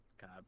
God